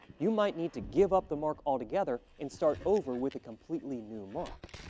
you might need to give up the mark altogether and start over with a completely new mark.